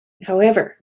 however